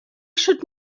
should